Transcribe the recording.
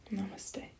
Namaste